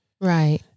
Right